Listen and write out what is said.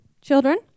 children